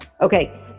Okay